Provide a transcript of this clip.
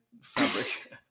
fabric